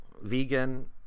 vegan